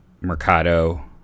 Mercado